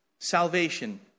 Salvation